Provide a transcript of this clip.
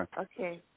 Okay